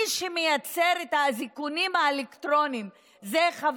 איך אפשר להתנגד לחוק כזה?